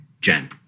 Jen